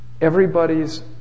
everybody's